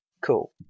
Cool